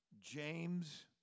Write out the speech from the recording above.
James